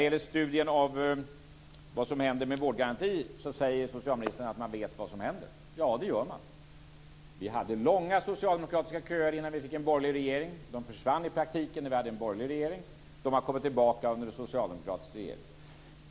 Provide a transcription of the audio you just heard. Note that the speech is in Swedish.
Så till studien av vad som händer med vårdgarantin. Socialministern säger att man vet vad som händer. Ja, det gör man. Vi hade långa socialdemokratiska köer innan vi fick en borgerlig regering. De försvann i praktiken när vi hade en borgerlig regering. De har kommit tillbaka under en socialdemokratisk regering.